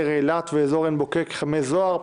העיר אילת או אזור עין בוקק-חמי זוהר).